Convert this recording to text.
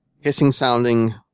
hissing-sounding